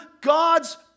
God's